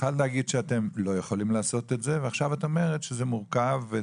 אמרת שאתם לא יכולים לעשות את זה ועכשיו את אומרת שזה מורכב.